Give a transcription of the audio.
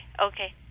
okay